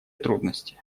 трудности